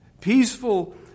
peaceful